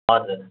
हजुर